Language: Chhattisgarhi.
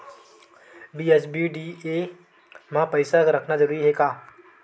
बी.एस.बी.डी.ए मा पईसा रखना जरूरी हे का?